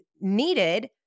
needed